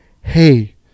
hey